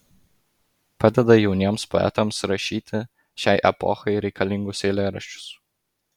padeda jauniems poetams rašyti šiai epochai reikalingus eilėraščius